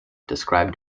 described